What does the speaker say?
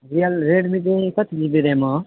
real Redmi चाहिँ कति GB RAM हो